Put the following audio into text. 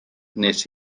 wnes